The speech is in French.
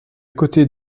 côté